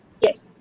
Yes